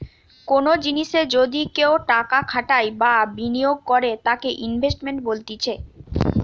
কোনো জিনিসে যদি কেও টাকা খাটাই বা বিনিয়োগ করে তাকে ইনভেস্টমেন্ট বলতিছে